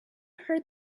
heard